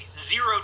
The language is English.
Zero